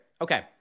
Okay